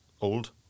old